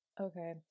Okay